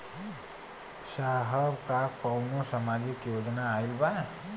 साहब का कौनो सामाजिक योजना आईल बा?